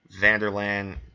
Vanderland